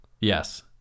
Yes